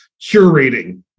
curating